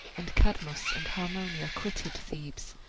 and cadmus and harmonia quitted thebes,